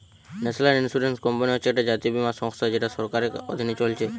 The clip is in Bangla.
ন্যাশনাল ইন্সুরেন্স কোম্পানি হচ্ছে একটা জাতীয় বীমা সংস্থা যেটা সরকারের অধীনে চলছে